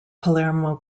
palermo